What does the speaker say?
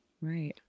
Right